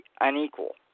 unequal